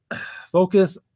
focus